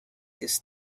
this